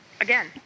Again